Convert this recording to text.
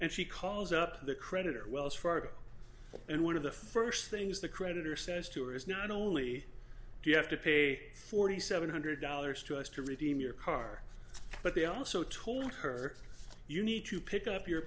and she calls up the creditor wells fargo and one of the first things the creditor says to her is not only do you have to pay forty seven hundred dollars to us to redeem your car but they also told her you need to pick up your